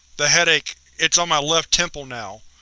the headache it's on my left temple now.